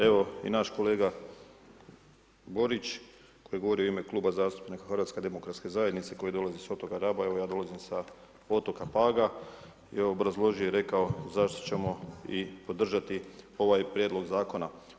Evo i naš kolega Borić, koji je govorio u ime Kluba zastupnika Hrvatske demokratske zajednice, koji dolazi s otoka Raba, evo ja dolazim sa otoka Paga, je obrazložio i rekao zašto ćemo i podržati ovaj Prijedlog Zakona.